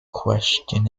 question